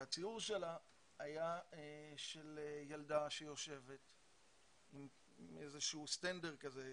הציור שלה היה של ילדה שיושבת עם איזה שהוא סטנדר כזה,